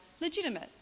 legitimate